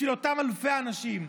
בשביל אותם אלפי אנשים,